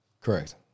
Correct